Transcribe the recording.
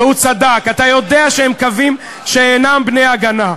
אתה יודע שהם קווים שאינם בני-הגנה,